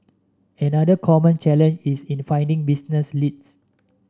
another common challenge is in finding business leads